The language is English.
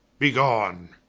be gone.